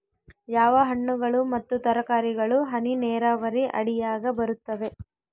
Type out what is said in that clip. ಯಾವ ಹಣ್ಣುಗಳು ಮತ್ತು ತರಕಾರಿಗಳು ಹನಿ ನೇರಾವರಿ ಅಡಿಯಾಗ ಬರುತ್ತವೆ?